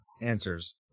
Answers